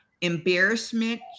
embarrassment